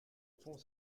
pont